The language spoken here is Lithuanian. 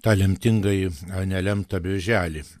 tą lemtingąjį ar nelemtą birželį